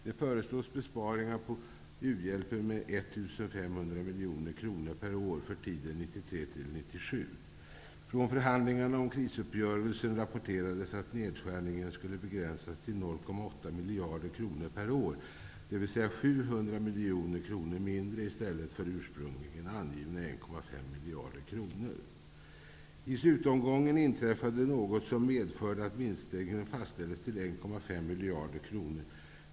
miljoner kronor per år för tiden 1993--1997. Från förhandlingarna om krisuppgörelsen rapporterades att nedskärningen skulle begränsas till 0,8 miljarder kronor per år, dvs. 700 miljoner kronor mindre i stället för ursprungligen angivna 1,5 miljarder kronor. I slutomgången inträffade något som medförde att minskningen fastställdes till 1,5 miljarder kronor.